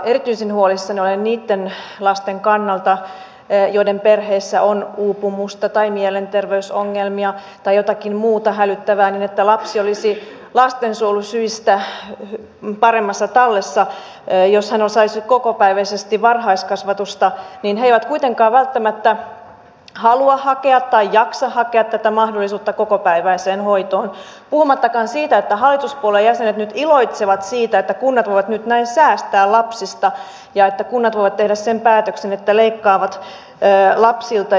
erityisen huolissani olen niitten lasten kannalta joiden perheessä on uupumusta tai mielenterveysongelmia tai jotakin muuta hälyttävää niin että lapsi olisi lastensuojelusyistä paremmassa tallessa jos hän saisi kokopäiväisesti varhaiskasvatusta koska perhe ei kuitenkaan välttämättä halua hakea tai jaksa hakea tätä mahdollisuutta kokopäiväiseen hoitoon puhumattakaan siitä että hallituspuolueiden jäsenet nyt iloitsevat siitä että kunnat voivat nyt näin säästää lapsista ja että kunnat voivat tehdä sen päätöksen että leikkaavat lapsilta